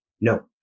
No